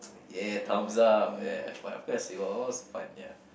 yeah thumbs up ya but of course it wa~ was fun ya